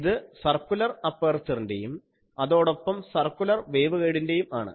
ഇത് സർക്കുലർ അപ്പേർച്ചറിൻ്റെയും അതോടൊപ്പം സർക്കുലർ വേവ്ഗൈഡിന്റെയും ആണ്